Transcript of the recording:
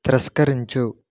తిరస్కరించు